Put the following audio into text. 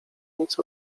nic